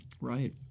Right